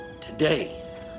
today